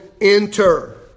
enter